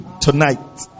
tonight